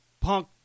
Punk